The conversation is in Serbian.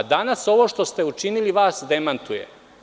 Danas ovo što ste učinili vas demantuje.